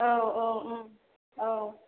औ औ औ